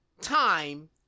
time